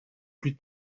plus